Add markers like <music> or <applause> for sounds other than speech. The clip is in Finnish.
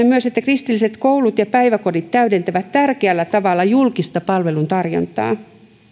<unintelligible> myös että kristilliset koulut ja päiväkodit täydentävät tärkeällä tavalla julkista palvelutarjontaa